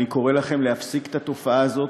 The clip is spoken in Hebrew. אני קורא לכם להפסיק את התופעה הזאת.